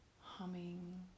humming